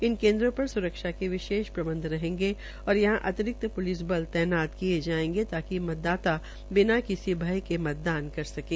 इन केन्द्रों पर सुरक्षा के विशेष प्रबंध रहेंगे और यहां अतिरिक्त प्लिस बल तैनात किये जायेंगे ताकि बिना किसी भय के मतदान कर सकें